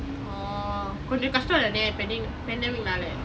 orh கொஞ்சம் கஷ்டம் தானே:konjam kashtam thaane pandemic நாலே: naale